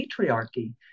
patriarchy